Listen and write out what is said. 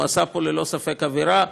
הוא עשה פה ללא ספק עבירה,